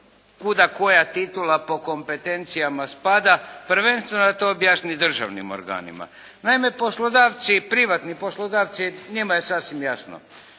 kuda koja titula po kompetencijama spada, prvenstveno da to objasni državnim organima. Naime poslodavci, privatni poslodavci njima je sasvim jasno.